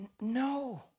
no